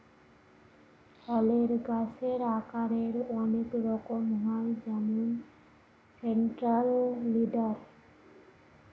ফলের গাছের আকারের অনেক রকম হয় যেমন সেন্ট্রাল লিডার